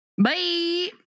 Bye